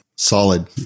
Solid